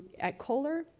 at kohler,